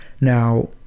now